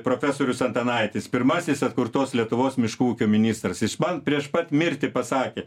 profesorius antanaitis pirmasis atkurtos lietuvos miškų ūkio ministras jis man prieš pat mirtį pasakė